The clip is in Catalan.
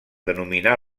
denominar